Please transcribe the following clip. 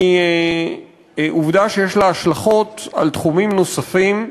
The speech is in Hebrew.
היא עובדה שיש לה השלכות על תחומים נוספים,